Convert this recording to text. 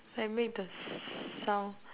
I make the s~ sound